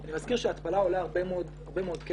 אני מזכיר שהתפלה עולה הרבה מאוד כסף.